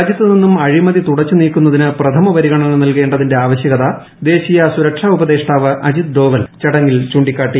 രാജ്യത്ത് നിന്നും അഴിമതി തുടച്ചു നീക്കുന്നതിനു പ്രഥമ പരിഗണന നൽകേണ്ടത്തിന്റെ ആവശ്യകത ദേശീയ സുരക്ഷാ ഉപദേഷ്ടാവ് അജിത് ഡോവൽ ചടങ്ങിൽ ചൂണ്ടിക്കാട്ടി